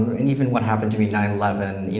and even what happened to me, nine eleven,